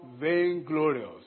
vainglorious